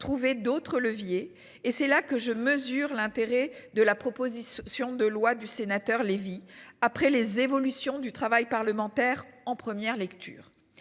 trouver d'autres leviers. Et c'est là que je mesure l'intérêt de la proposition si de loi du sénateur Lévy après les évolutions du travail parlementaire en première lecture.